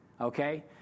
okay